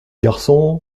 garçon